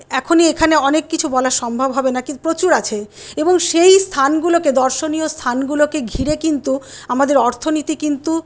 এখনি এখানে অনেক কিছু বলা সম্ভব হবে না কিন্তু প্রচুর আছে এবং সেই স্থানগুলোকে দর্শনীয় স্থানগুলোকে ঘিরে কিন্তু আমাদের অর্থনীতি কিন্তু